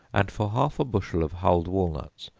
and for half a bushel of hulled walnuts,